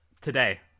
today